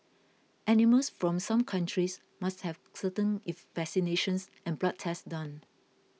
animals from some countries must have certain if vaccinations and blood tests done